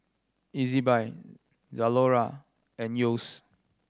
Ezbuy Zalora and Yeo's